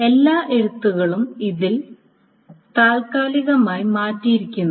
എല്ലാ എഴുത്തുകളും ഇതിൽ താൽക്കാലികമായി മാറ്റിയിരിക്കുന്നു